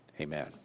Amen